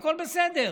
הכול בסדר.